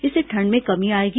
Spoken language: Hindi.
इससे ठंड में कमी आएगी